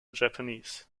japanese